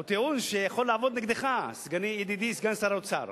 הוא טיעון שיכול לעבוד נגדך, ידידי סגן שר האוצר.